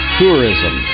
tourism